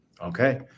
Okay